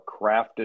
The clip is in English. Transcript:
crafted